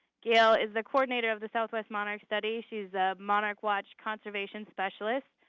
gail is the coordinator of the southwest monarch study. she is a monarch watch conservation specialist,